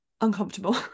uncomfortable